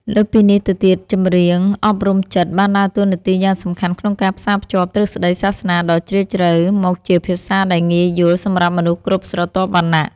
លើសពីនេះទៅទៀត ចម្រៀងអប់រំចិត្តបានដើរតួនាទីយ៉ាងសំខាន់ក្នុងការផ្សារភ្ជាប់ទ្រឹស្ដីសាសនាដ៏ជ្រាលជ្រៅ មកជាភាសាដែលងាយយល់សម្រាប់មនុស្សគ្រប់ស្រទាប់វណ្ណៈ។